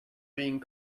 being